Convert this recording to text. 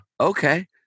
Okay